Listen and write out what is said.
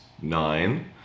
nine